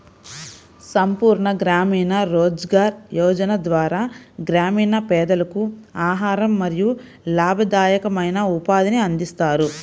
సంపూర్ణ గ్రామీణ రోజ్గార్ యోజన ద్వారా గ్రామీణ పేదలకు ఆహారం మరియు లాభదాయకమైన ఉపాధిని అందిస్తారు